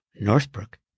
Northbrook